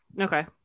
Okay